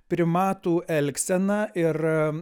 primatų elgseną ir